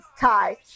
tie